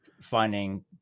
finding